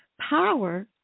Power